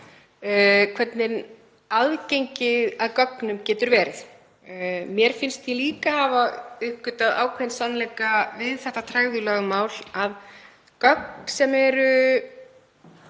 hvernig aðgengi að gögnum getur verið. Mér finnst ég líka hafa uppgötvað ákveðinn sannleika við þetta tregðulögmál, þ.e. að gögn sem eru